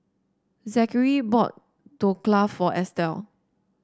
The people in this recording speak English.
Zakary bought Dhokla for Estelle